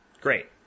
great